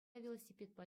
велосипедпа